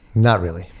not really.